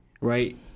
right